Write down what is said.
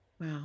Wow